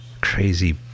crazy